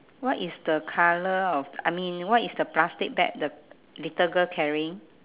what is the colour of I mean what is the plastic bag the little girl carrying